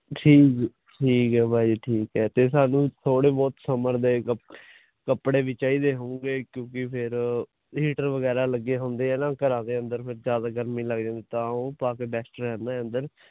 ਠੀਕ ਠੀਕ ਹੈ ਭਾਅ ਜੀ ਠੀਕ ਹ ਤੇ ਸਾਨੂੰ ਥੋੜੇ ਬਹੁਤ ਸਮਰ ਦੇ ਕੱਪੜੇ ਵੀ ਚਾਹੀਦੇ ਹੋਊਗੇ ਕਿਉਂਕਿ ਫਿਰ ਹੀਟਰ ਵਗੈਰਾ ਲੱਗੇ ਹੁੰਦੇ ਆ ਨਾ ਘਰਾਂ ਦੇ ਅੰਦਰ ਫਿਰ ਜਿਆਦਾ ਗਰਮੀ ਲੱਗ ਜਾਂਦੀ ਤਾਂ ਉਹ ਪਾ ਕੇ ਬੈਸਟ ਰਹਿੰਦਾ ਅੰਦਰ